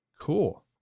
Cool